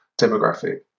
demographic